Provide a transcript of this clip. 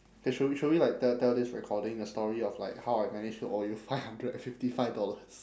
!hey! should w~ should we like te~ tell this recording a story of like how I managed to owe you five hundred and fifty five dollars